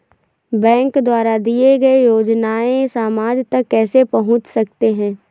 Bank द्वारा दिए गए योजनाएँ समाज तक कैसे पहुँच सकते हैं?